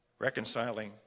reconciling